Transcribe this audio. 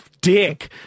dick